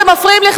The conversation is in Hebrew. אתם מפריעים לי,